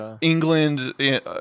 England